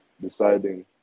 deciding